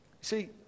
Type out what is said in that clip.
See